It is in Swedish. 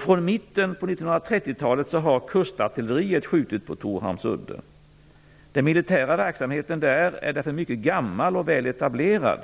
Från mitten på 1930-talet har kustartilleriet skjutit på Torhamns udde. Den militära verksamheten där är mycket gammal och väl etablerad.